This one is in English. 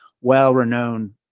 well-renowned